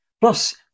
Plus